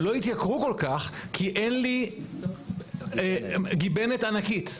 הם לא יתייקרו כל כך כי אין לי גיבנת ענקית.